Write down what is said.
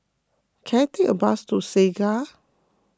can I take a bus to Segar